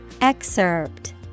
Excerpt